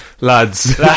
Lads